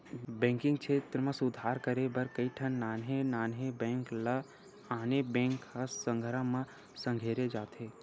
banking छेत्र म सुधार करे बर कइठन नान्हे नान्हे बेंक ल आने बेंक के संघरा म संघेरे जाथे